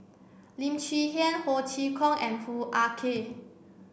Lim Chwee Chian Ho Chee Kong and Hoo Ah Kay